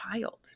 child